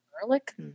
garlic